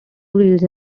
reels